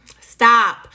Stop